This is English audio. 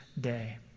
day